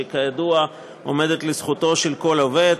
שכידוע עומדת לזכותו של כל עובד,